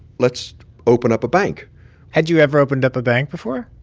let's open up a bank had you ever opened up a bank before?